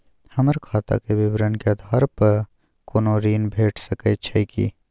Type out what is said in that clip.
हमर खाता के विवरण के आधार प कोनो ऋण भेट सकै छै की?